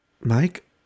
Mike